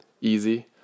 easy